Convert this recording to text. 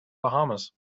bahamas